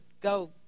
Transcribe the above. go